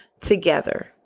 together